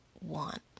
want